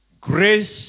Grace